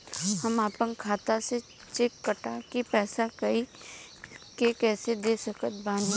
हम अपना खाता से चेक काट के पैसा कोई के कैसे दे सकत बानी?